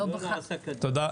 תודה.